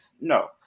no